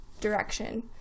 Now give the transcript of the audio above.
direction